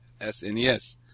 SNES